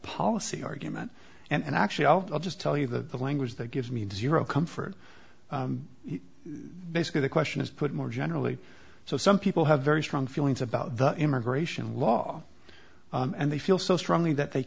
policy argument and actually i'll just tell you that the language that gives me the zero comfort basically the question is put more generally so some people have very strong feelings about the immigration law and they feel so strongly that they